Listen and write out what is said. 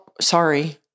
sorry